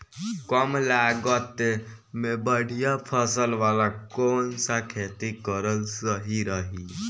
कमलागत मे बढ़िया फसल वाला कौन सा खेती करल सही रही?